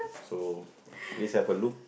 so please have a look